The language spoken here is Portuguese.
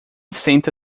senta